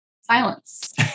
Silence